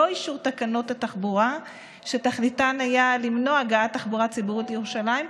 אישור תקנות התחבורה שתכליתן הייתה למנוע הגעת תחבורה ציבורית לירושלים,